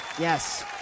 Yes